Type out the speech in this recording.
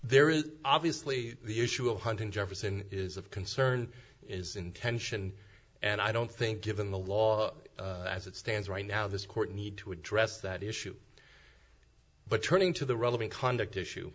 there is obviously the issue of hunting jefferson is of concern is intention and i don't think given the law as it stands right now this court need to address that issue but turning to the relevant conduct issue